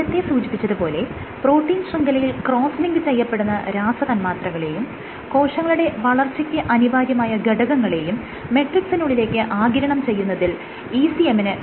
നേരത്തെ സൂചിപ്പിച്ചത് പോലെ പ്രോട്ടീൻ ശൃംഖലയിൽ ക്രോസ്സ് ലിങ്ക് ചെയ്യപ്പെടുന്ന രാസതന്മാത്രകളെയും കോശങ്ങളുടെ വളർച്ചയ്ക്ക് അനിവാര്യമായ ഘടകങ്ങളെയും മെട്രിക്സിനുള്ളിലേക്ക് ആഗിരണം ചെയ്യുന്നതിൽ ECM ന് ഗണ്യമായ പങ്കുവഹിക്കാനുണ്ട്